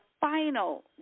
final